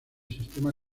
sistema